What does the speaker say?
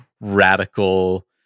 radical